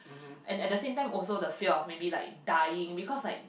and at the same time also the fear of maybe like dying because like